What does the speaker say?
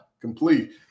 complete